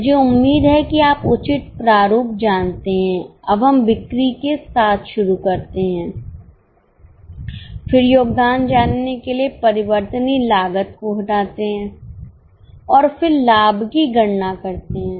मुझे उम्मीद है कि आप उचित प्रारूप जानते हैं अब हम बिक्री के साथ शुरू करते हैं फिर योगदान जानने के लिए परिवर्तनीय लागत को घटाते हैं और फिर लाभ की गणना करते हैं